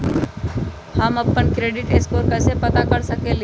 हम अपन credit score कैसे पता कर सकेली?